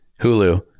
Hulu